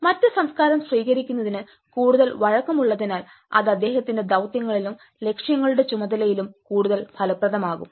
മറ്റ് സംസ്കാരം സ്വീകരിക്കുന്നതിന് കൂടുതൽ വഴക്കമുള്ളതിനാൽ അത് അദ്ദേഹത്തിന്റെ ദൌത്യങ്ങളിലും ലക്ഷ്യങ്ങളുടെ ചുമതലയിലും കൂടുതൽ ഫലപ്രദമാകും